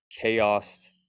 chaos